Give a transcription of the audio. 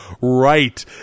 right